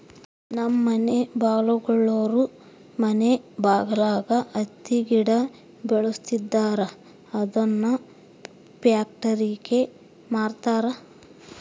ನಮ್ಮ ಮನೆ ಬಗಲಾಗುಳೋರು ಮನೆ ಬಗಲಾಗ ಹತ್ತಿ ಗಿಡ ಬೆಳುಸ್ತದರ ಅದುನ್ನ ಪ್ಯಾಕ್ಟರಿಗೆ ಮಾರ್ತಾರ